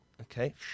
Okay